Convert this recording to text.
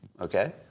okay